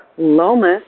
Lomas